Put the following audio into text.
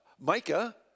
Micah